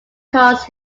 caused